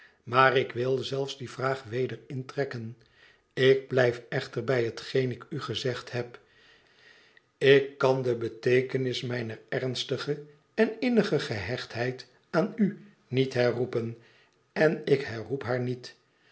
maar ik wil zelfs die vraag weder intrekken ik blijf echter bij hetgeen ik u gezegd heb ik kan de bekentenis mijner ernstige en innige gehechtheid aan u niet herroepen en ik herroep haar niet